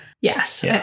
Yes